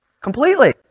Completely